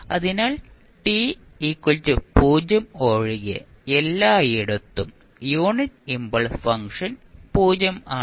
അതിനാൽ t 0 ഒഴികെ എല്ലായിടത്തും യൂണിറ്റ് ഇംപൾസ് ഫംഗ്ഷൻ 0 ആണ്